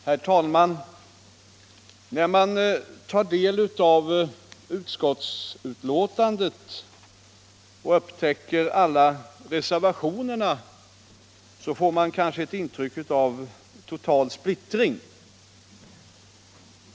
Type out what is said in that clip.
Herr talman! När man tar del av utskottsbetänkandet och där upptäcker alla reservationer, kan man få ett intryck av total splittring.